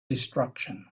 destruction